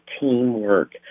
teamwork